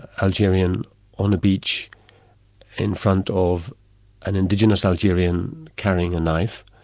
algerian on a beach in front of an indigenous algerian carrying a knife,